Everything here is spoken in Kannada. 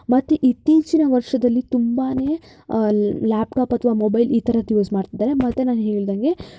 ಮತ್ತು ಇತ್ತೀಚಿನ ವರ್ಷದಲ್ಲಿ ತುಂಬಾ ಲ್ಯಾಪ್ಟಾಪ್ ಅಥವಾ ಮೊಬೈಲ್ ಈ ಥರದ್ದು ಯೂಸ್ ಮಾಡ್ತಿದ್ದಾರೆ ಮತ್ತು ನಾನು ಹೇಳಿದಂಗೆ